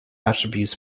attributes